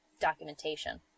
documentation